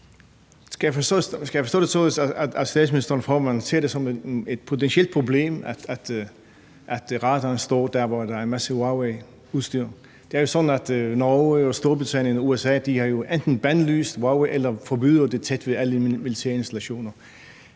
Skal jeg forstå det sådan, at statsministeren og formanden ser det som et potentielt problem, at radaren står der, hvor der er en masse Huaweiudstyr? Det er jo sådan, at Norge, Storbritannien og USA jo enten har bandlyst Huawei eller forbyder deres udstyr tæt ved alle militære installationer.